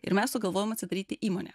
ir mes sugalvojom atsidaryti įmonę